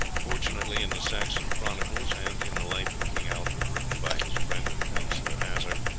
fortunately in the saxon chronicles and in the life of king alfred written by his friend and counsellor asser,